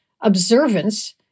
observance